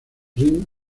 rin